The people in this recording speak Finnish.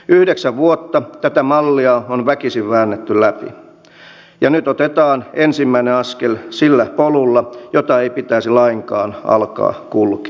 yhdeksän vuotta tätä mallia on väkisin väännetty läpi ja nyt otetaan ensimmäinen askel sillä polulla jota ei pitäisi lainkaan alkaa kulkea